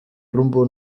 rumbo